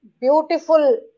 beautiful